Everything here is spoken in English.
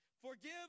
Forgive